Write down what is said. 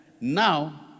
Now